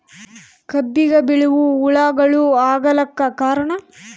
ಕಬ್ಬಿಗ ಬಿಳಿವು ಹುಳಾಗಳು ಆಗಲಕ್ಕ ಕಾರಣ?